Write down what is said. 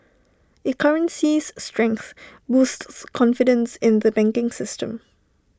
A currency's strength boosts confidence in the banking system